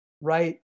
right